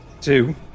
Two